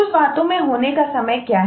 कुछ बातों के होने का समय क्या है